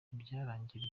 ntibyarangiriye